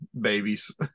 babies